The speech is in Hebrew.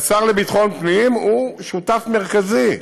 השר לביטחון פנים הוא שותף מרכזי,